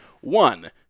One